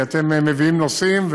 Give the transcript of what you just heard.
כי אתם מביאים נושאים,